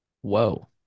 Whoa